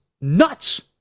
nuts